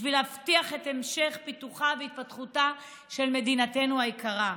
בשביל להבטיח את המשך פיתוחה והתפתחותה של מדינתנו היקרה.